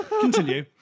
continue